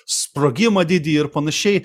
sprogimą didįjį ir panašiai